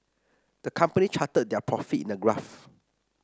the company charted their profits in a graph